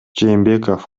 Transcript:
жээнбеков